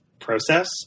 process